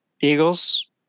Eagles